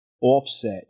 offset